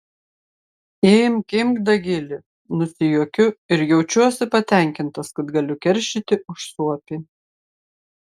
imk imk dagili nusijuokiu ir jaučiuosi patenkintas kad galiu keršyti už suopį